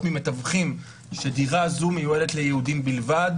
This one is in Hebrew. ממתווכים ש"דירה זו מיועדת ליהודים בלבד",